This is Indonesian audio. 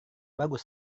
bagus